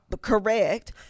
Correct